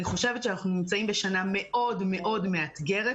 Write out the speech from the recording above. אני חושבת שאנחנו נמצאים בשנה מאוד מאוד מאתגרת,